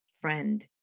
friend